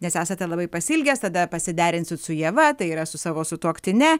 nes esate labai pasiilgęs tada pasiderinsit su ieva tai yra su savo sutuoktine